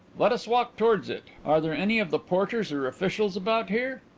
let us walk towards it. are there any of the porters or officials about here?